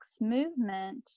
movement